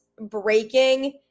breaking